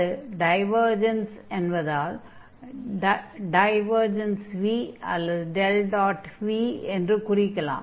அது டைவர்ஜன்ஸ் என்பதால் div v div v அல்லது v என்று குறிக்கலாம்